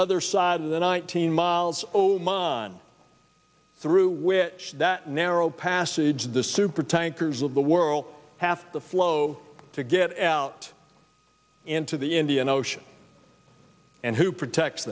other side of the nineteen miles oh mine through which that narrow passage the supertankers of the world have to flow to get out into the indian ocean and who protect